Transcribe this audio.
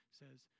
says